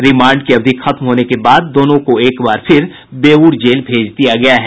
remand की अवधि खत्म होने के बाद दोनों को एक बार फिर बेऊर जेल भेज दिया गया है